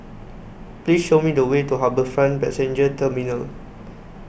Please Show Me The Way to HarbourFront Passenger Terminal